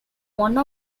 one